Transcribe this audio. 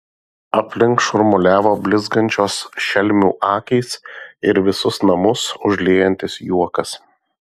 aplink šurmuliavo blizgančios šelmių akys ir visus namus užliejantis juokas